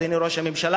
אדוני ראש הממשלה,